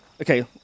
okay